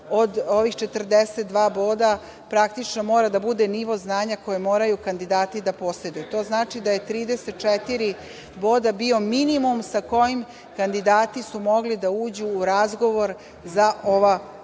od ovih 42 boda praktično mora da bude nivo znanja koje moraju kandidati da poseduju. To znači da je 34 boda bio minimum sa kojim su kandidati mogli da uđu u razgovor za ova mesta. Dobili